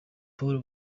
paul